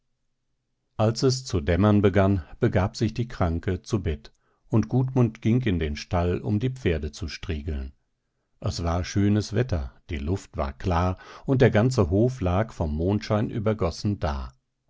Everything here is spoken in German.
als es zu dämmern begann begab sich die kranke zu bett und gudmund ging in den stall um die pferde zu striegeln es war schönes wetter die luft war klar und der ganze hof lag vom mondschein übergossen da